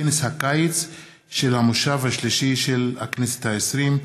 בכנס הקיץ של המושב השלישי של הכנסת העשרים,